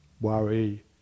worry